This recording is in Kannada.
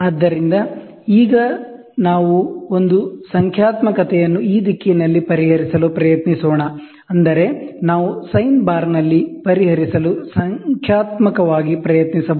ಆದ್ದರಿಂದ ಈಗ ನಾವು ಈ ಒಂದು ಸಂಖ್ಯಾತ್ಮಕತೆಯನ್ನು ಈ ದಿಕ್ಕಿನಲ್ಲಿ ಪರಿಹರಿಸಲು ಪ್ರಯತ್ನಿಸೋಣ ಅಂದರೆ ನಾವು ಸೈನ್ ಬಾರ್ನಲ್ಲಿ ಪರಿಹರಿಸಲು ಸಂಖ್ಯಾತ್ಮಕವಾಗಿ ಪ್ರಯತ್ನಿಸಬಹುದು